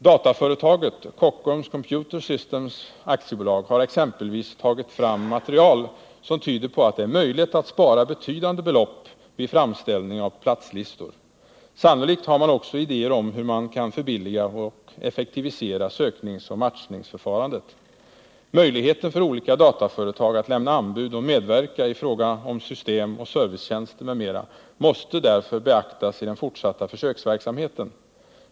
Dataföretaget Kockums Computer Systems AB har exempelvis tagit fram material, som tyder på att det är möjligt att spara betydande belopp vid framställning av platslistor. Sannolikt har man också idéer om hur man kan förbilliga och effektivisera sökningsoch matchningsförfarandet. Möjligheten för olika dataföretag att lämna anbud och medverka i fråga om system, servicetjänster m.m. måste därför beaktas i den fortsatta försöksverksamheten.